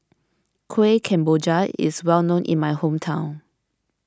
Kuih Kemboja is well known in my hometown